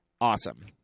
awesome